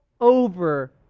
over